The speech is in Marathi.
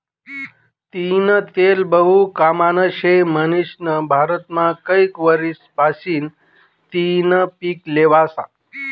तीयीनं तेल बहु कामनं शे म्हनीसन भारतमा कैक वरीस पाशीन तियीनं पिक ल्हेवास